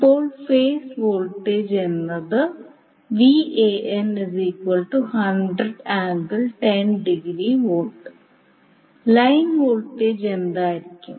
ഇപ്പോൾ phase voltage എന്നത് line voltage എന്തായിരിക്കും